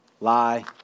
lie